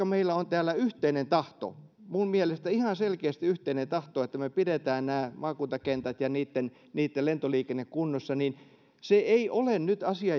meillä on täällä yhteinen tahto minun mielestäni ihan selkeästi yhteinen tahto että me me pidämme nämä maakuntakentät ja niitten niitten lentoliikenteen kunnossa niin se ei ole nyt asia